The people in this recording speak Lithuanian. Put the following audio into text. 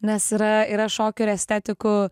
nes yra yra šokių ir estetikų